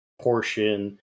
portion